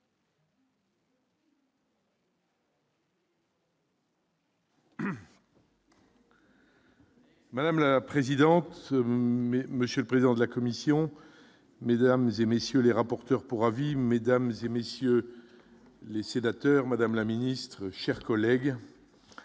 Madame la présidente, monsieur le président de la commission, mesdames et messieurs les rapporteurs pour avis, mesdames et messieurs les sénateurs, madame la ministre, chers collègues,